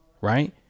Right